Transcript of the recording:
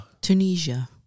Tunisia